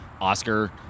Oscar